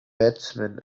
batsman